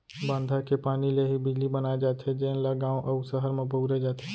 बांधा के पानी ले ही बिजली बनाए जाथे जेन ल गाँव अउ सहर म बउरे जाथे